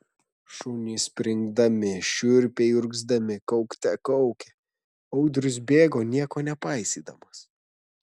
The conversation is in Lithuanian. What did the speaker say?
šunys springdami šiurpiai urgzdami kaukte kaukė audrius bėgo nieko nepaisydamas